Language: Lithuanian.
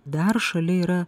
dar šalia yra